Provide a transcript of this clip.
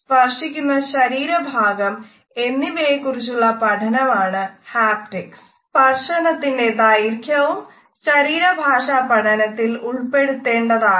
സ്പർശനത്തിൻറെ ദൈർഖ്യത്തെക്കുറിച്ചും ശരീരഭാഷ പഠനത്തിൽ ഉൾപെടുത്തേണ്ടതാണ്